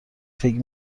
فکر